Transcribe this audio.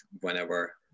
whenever